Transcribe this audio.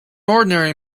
ordinary